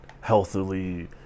healthily